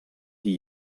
die